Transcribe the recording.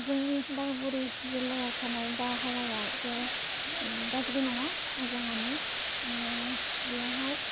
जोंनि दाङागुरि जिल्लायाव थानाय बारहावाया जे गाज्रि नङा मोजांआनो बेयावहाय